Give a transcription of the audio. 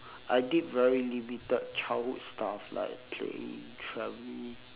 I did very limited childhood stuff like playing traveling